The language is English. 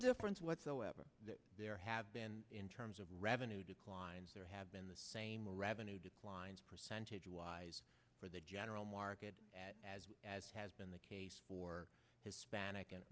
difference whatsoever that there have been in terms of revenue declines there have been the same revenue declines percentage wise for the general market as has been the case for hispanic